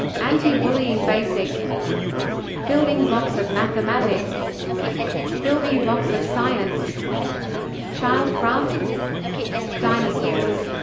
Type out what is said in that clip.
anti-bullying basics building blocks of mathematics building blocks of science childcraft dinosaurs!